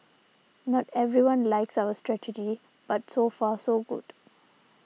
not everyone likes our strategy but so far so good